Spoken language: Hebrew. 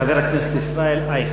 חבר הכנסת ישראל אייכלר.